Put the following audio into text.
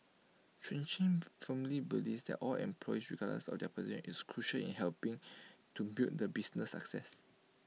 Chi chung firmly believes that all employees regardless of their position is crucial in helping to build the business success